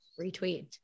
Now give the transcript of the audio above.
Retweet